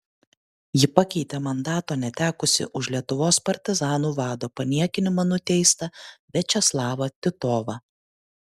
ji pakeitė mandato netekusį už lietuvos partizanų vado paniekinimą nuteistą viačeslavą titovą